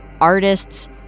artists